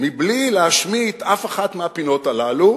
מבלי להשמיט אף אחת מהפינות הללו,